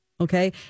okay